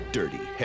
dirty